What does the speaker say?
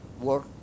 work